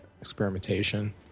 experimentation